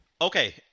Okay